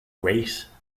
race